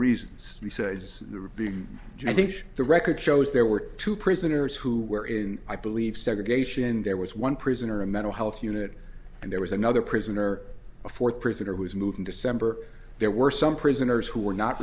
reasons besides the regime i think the record shows there were two prisoners who were in i believe segregation there was one prison or a mental health unit and there was another prisoner a fourth prisoner was moved in december there were some prisoners who were not